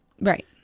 Right